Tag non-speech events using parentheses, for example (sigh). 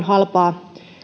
(unintelligible) halpaa